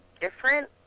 different